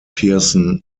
pearson